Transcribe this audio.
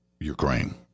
Ukraine